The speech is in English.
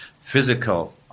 physical